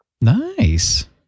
Nice